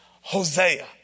Hosea